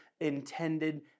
intended